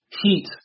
heat